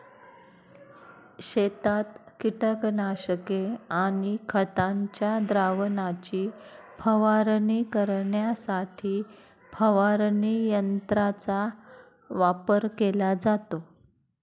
शेतात कीटकनाशके आणि खतांच्या द्रावणाची फवारणी करण्यासाठी फवारणी यंत्रांचा वापर केला जातो